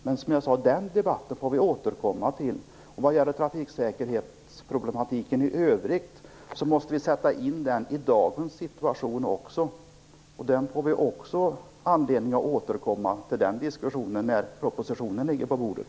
Men som jag sade: Den debatten får vi återkomma till. Vad gäller trafiksäkerhetsproblematiken i övrigt måste vi sätta in den i dagens situation också. Vi får anledning att återkomma till även denna diskussion när propositionen ligger på bordet.